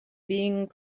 being